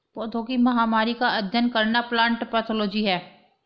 पौधों की महामारी का अध्ययन करना प्लांट पैथोलॉजी है